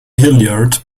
hilliard